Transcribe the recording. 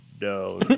no